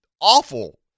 awful